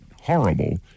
horrible